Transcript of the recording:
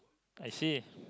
I see